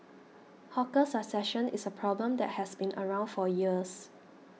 hawker succession is a problem that has been around for years